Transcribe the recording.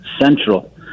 central